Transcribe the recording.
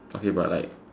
okay but like